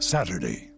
Saturday